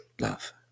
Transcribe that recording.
love